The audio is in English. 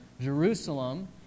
Jerusalem